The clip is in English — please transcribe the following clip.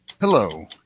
hello